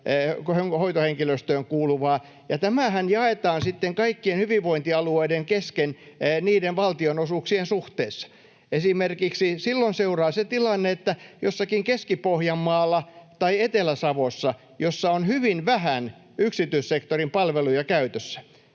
hoitohenkilöstöön kuuluvaa, ja tämähän jaetaan sitten kaikkien hyvinvointialueiden kesken niiden valtionosuuksien suhteessa. Esimerkiksi silloin seuraa se tilanne, että kun jossakin Keski-Pohjanmaalla tai Etelä-Savossa on hyvin vähän yksityissektorin palveluja käytössä